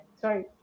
sorry